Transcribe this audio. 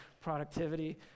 productivity